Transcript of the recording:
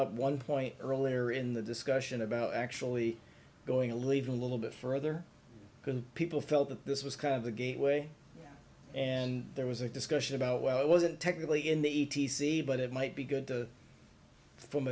up one point earlier in the discussion about actually going to leave a little bit further than people felt that this was kind of the gateway and there was a discussion about well it wasn't technically in the e t c but it might be good to f